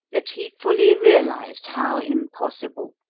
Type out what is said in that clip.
that he fully realised how impossible,